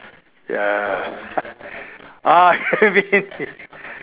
yeah